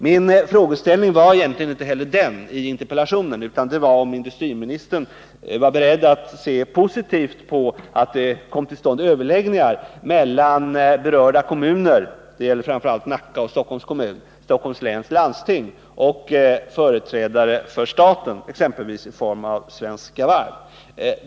Min frågeställning var egentligen inte heller den i interpellationen, utan den var om industriministern är beredd att se positivt på att det kommer till stånd överläggningar mellan berörda kommuner — det gäller framför allt Nacka och Stockholm —, Stockholms läns landsting och företrädare för staten, exempelvis i form av Svenska Varv.